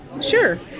Sure